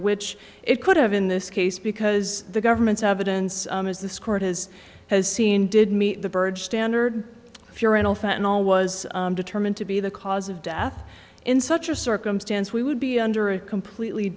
which it could have in this case because the government's evidence is this court is has seen did meet the bird standard if you're an elf and all was determined to be the cause of death in such a circumstance we would be under a completely